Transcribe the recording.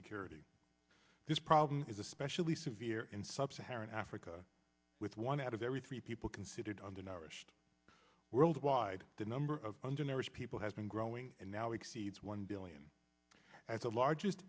security this problem is especially severe in sub saharan africa with one out of every three people considered undernourished worldwide the number of undernourished people has been growing and now exceeds one billion at the largest